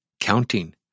counting